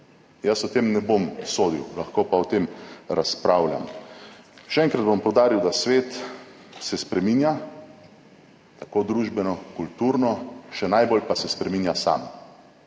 Jaz o tem ne bom sodil, lahko pa o tem razpravljam. Še enkrat bom poudaril, da svet se spreminja, tako družbeno, kulturno, še najbolj pa se spreminja sam.